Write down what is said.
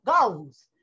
goes